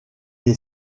est